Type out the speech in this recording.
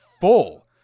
full